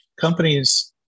companies